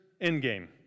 Endgame